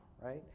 right